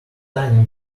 tiny